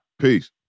Peace